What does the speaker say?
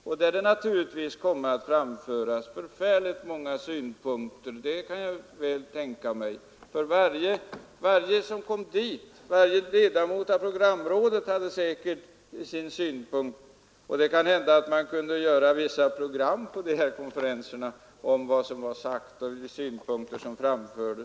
Vid ett sådant tillfälle skulle det framföras enormt många synpunkter, eftersom varje ledamot av programrådet säkert skulle ha sin syn på problemen — det kanske kunde göras vissa program kring vad som sagts och de synpunkter som framförts.